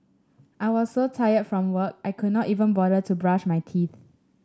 I was so tired from work I could not even bother to brush my teeth